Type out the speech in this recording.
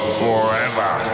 forever